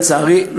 לצערי,